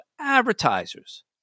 advertisers